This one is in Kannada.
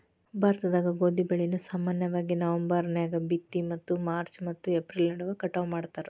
ಭಾರತದಾಗ ಗೋಧಿ ಬೆಳೆಯನ್ನ ಸಾಮಾನ್ಯವಾಗಿ ನವೆಂಬರ್ ನ್ಯಾಗ ಬಿತ್ತಿ ಮತ್ತು ಮಾರ್ಚ್ ಮತ್ತು ಏಪ್ರಿಲ್ ನಡುವ ಕಟಾವ ಮಾಡ್ತಾರ